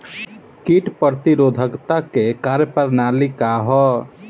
कीट प्रतिरोधकता क कार्य प्रणाली का ह?